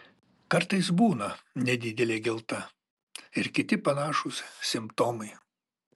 kartais būna nedidelė gelta ir kiti panašūs simptomai